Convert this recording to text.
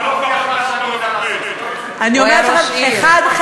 הוא היה ראש עיר.